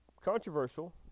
controversial